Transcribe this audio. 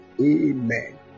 Amen